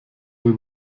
den